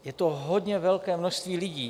Je to hodně velké množství lidí.